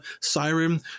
Siren